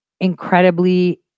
incredibly